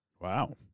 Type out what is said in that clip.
Wow